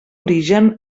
origen